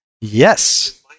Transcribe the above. yes